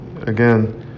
again